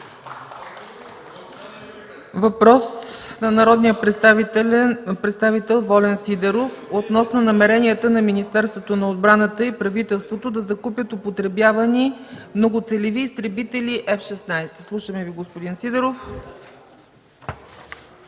Въпрос от народния представител Волен Сидеров относно намеренията на Министерството на отбраната и правителството да закупят употребявани многоцелеви изтребители F-16. Слушаме Ви, господин Сидеров.